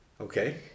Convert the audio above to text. Okay